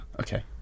okay